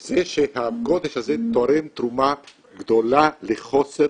זה שהגודש הזה תורם תרומה גדולה לחוסר